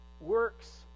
works